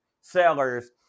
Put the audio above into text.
sellers